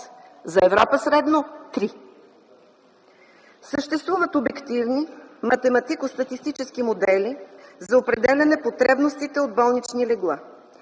за Европа средно – 3. Съществуват обективни математико-статистически модели за определяне потребностите от болнични легла.